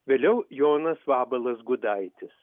vėliau jonas vabalas gudaitis